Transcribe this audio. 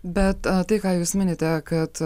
bet tai ką jūs minite kad